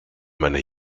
meiner